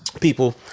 people